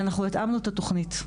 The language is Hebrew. והתאמנו את התוכנית.